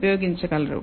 ఉపయోగించగలరు